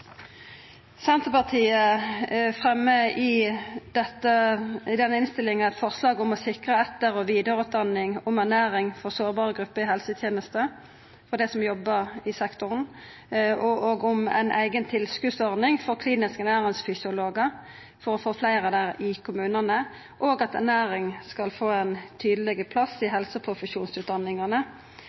Senterpartiet fremjar i denne innstillinga forslag om å sikra dei som jobbar i sektoren, etter- og vidareutdanning om ernæring for sårbare grupper i helsetenesta, om ei eiga tilskotsordning for kliniske ernæringsfysiologar, for å få fleire av dei ut i kommunane, og om at ernæring skal få ein tydelegare plass i helseprofesjonsutdanningane. Vi fremjar òg eit forslag om ein heilskapleg nasjonal strategi for kosthold og